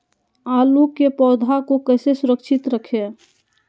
आलू के पौधा को कैसे सुरक्षित रखें?